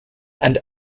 and